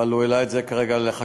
אבל הוא העלה את זה כרגע לחקיקה,